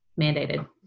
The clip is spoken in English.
mandated